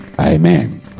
amen